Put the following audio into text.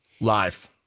live